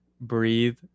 breathe